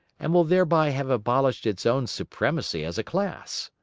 and will thereby have abolished its own supremacy as a class.